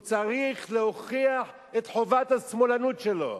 הוא צריך להוכיח את חובת השמאלנות שלו.